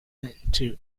into